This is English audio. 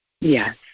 Yes